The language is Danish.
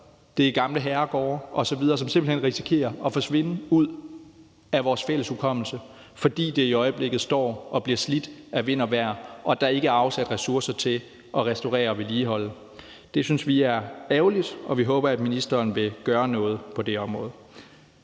det er gamle herregårde osv., som simpelt hen risikerer at forsvinde ud af vores fælles hukommelse, fordi de i øjeblikket står og bliver slidt af vind og vejr og der ikke er afsat ressourcer til at restaurere og vedligeholde. Det synes vi er ærgerligt, og vi håber, at ministeren vil gøre noget på det område.